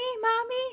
mommy